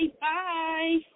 Bye